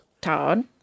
Todd